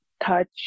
touch